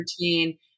routine